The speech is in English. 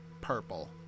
purple